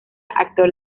actor